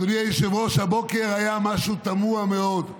אדוני היושב-ראש, הבוקר היה משהו תמוה מאוד.